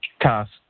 Cast